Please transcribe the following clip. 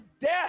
death